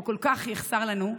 הוא כל כך יחסר לנו,